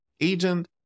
agent